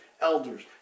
elders